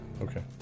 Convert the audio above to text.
Okay